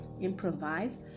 improvise